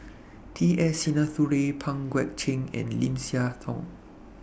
T S Sinnathuray Pang Guek Cheng and Lim Siah Tong